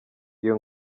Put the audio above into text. iyo